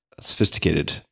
sophisticated